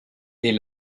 est